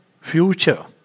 future